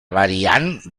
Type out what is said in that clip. variant